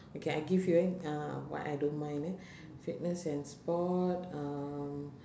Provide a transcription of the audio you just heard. okay I give you eh uh what I don't mind eh fitness and sport um